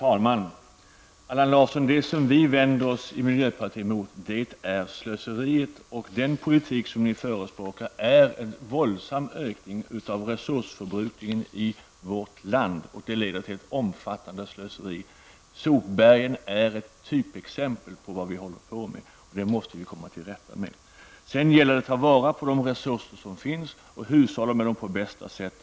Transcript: Fru talman! Det vi i miljöpartiet vänder oss mot, Allan Larsson, är slöseriet. Den politik ni förespråkar leder till en våldsam ökning av resursförbrukningen i vårt land. Det leder till ett omfattande slöseri. Sopberget är ett typexempel på vad vi håller på med, och det måste vi komma till rätta med. Sedan gäller det att ta vara på de resurser som finns och hushålla med dem på bästa sätt.